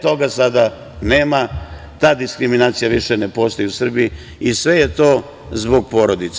Toga sada nema, ta diskriminacija više ne postoji u Srbiji i sve je to zbog porodice.